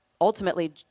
ultimately